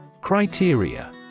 Criteria